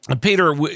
Peter